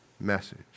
message